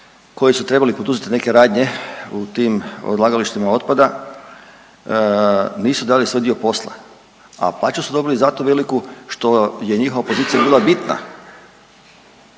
koji su trebali poduzeti neke radnje u tim odlagalištima otpada nisu odradili svoj dio posla, a plaću su dobili zato veliku što je njihova pozicija bila bitna